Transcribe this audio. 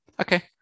Okay